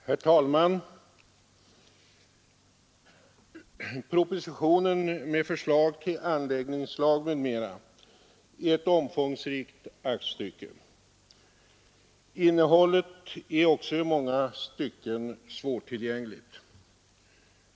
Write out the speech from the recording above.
Herr talman! Propositionen med förslag om anläggningslag m.m. är ett omfångsrikt aktstycke. Innehållet är också i många stycken svårtillgängligt.